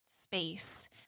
space